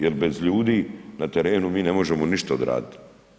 Jer bez ljudi na terenu mi ne možemo ništa odraditi.